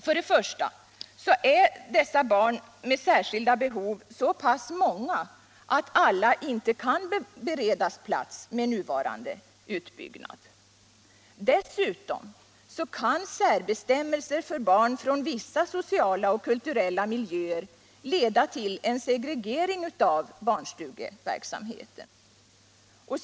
Först och främst är dessa barn med särskilda behov så många att alla inte kan beredas plats med nuvarande utbyggnad. Dessutom kan särbestämmelser för barn från vissa sociala och kulturella miljöer leda till en segregering av barnstugeverksamheten.